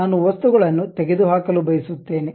ನಾನು ವಸ್ತುಗಳನ್ನು ತೆಗೆದುಹಾಕಲು ಬಯಸುತ್ತೇನೆ